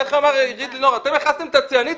איך אמרה עירית לינור אתם הכנסתם את הציאניד,